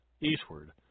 eastward